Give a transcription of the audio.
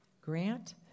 grant